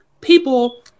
people